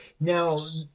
Now